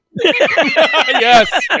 Yes